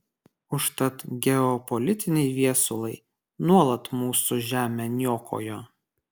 užtat geopolitiniai viesulai nuolat mūsų žemę niokojo